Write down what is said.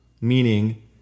meaning